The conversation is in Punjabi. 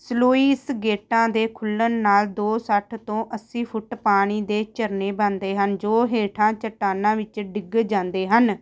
ਸਲੂਈਸ ਗੇਟਾਂ ਦੇ ਖੁੱਲ੍ਹਣ ਨਾਲ ਦੋ ਸੱਠ ਤੋਂ ਅੱਸੀ ਫੁੱਟ ਪਾਣੀ ਦੇ ਝਰਨੇ ਬਣਦੇ ਹਨ ਜੋ ਹੇਠਾਂ ਚੱਟਾਨਾਂ ਵਿੱਚ ਡਿੱਗ ਜਾਂਦੇ ਹਨ